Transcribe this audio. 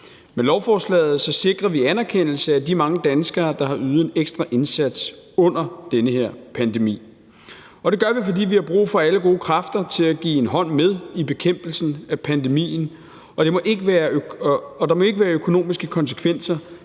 Med lovforslaget sikrer vi anerkendelse af de mange danskere, der har ydet en ekstra indsats under den her pandemi. Det gør vi, fordi vi har brug for alle gode kræfter til at give en hånd med i bekæmpelsen af pandemien, og der må ikke være økonomiske konsekvenser,